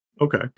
Okay